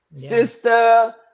Sister